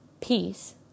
peace